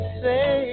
say